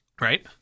Right